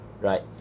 right